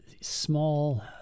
small